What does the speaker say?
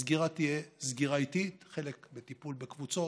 הסגירה תהיה סגירה איטית, חלק בטיפול בקבוצות,